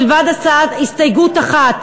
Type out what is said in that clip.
מלבד הסתייגות אחת,